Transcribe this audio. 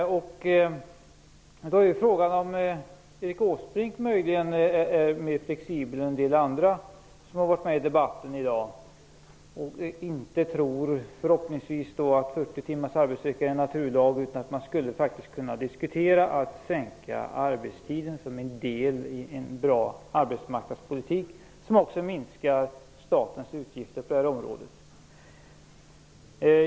Frågan är då om Erik Åsbrink möjligtvis är mer flexibel än en del andra som varit med i debatten i dag och inte tror att 40 timmars arbetsvecka är en naturlag utan tycker - vilket jag hoppas - att man faktiskt kunde diskutera att sänka arbetstiden som en del i en bra arbetsmarknadspolitik som också minskar statens utgifter på det här området.